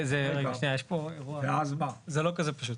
שנייה, זה לא כזה פשוט.